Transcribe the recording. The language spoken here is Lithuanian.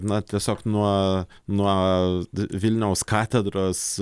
na tiesiog nuo nuo vilniaus katedros